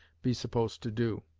be supposed to do